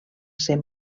ser